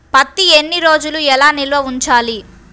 పత్తి ఎన్ని రోజులు ఎలా నిల్వ ఉంచాలి?